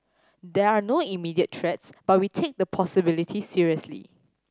there are no immediate threats but we take the possibility seriously